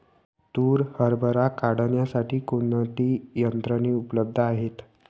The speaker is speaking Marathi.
तूर हरभरा काढण्यासाठी कोणती यंत्रे उपलब्ध आहेत?